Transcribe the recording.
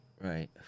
right